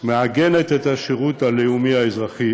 מעגנת את השירות הלאומי-האזרחי